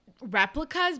replicas